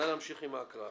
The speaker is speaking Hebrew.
נא להמשיך עם ההקראה.